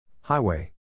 Highway